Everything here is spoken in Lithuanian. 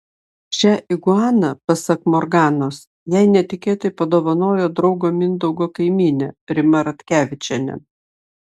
šią iguaną pasak morganos jai netikėtai padovanojo draugo mindaugo kaimynė rima ratkevičienė